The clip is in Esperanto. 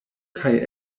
kaj